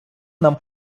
нам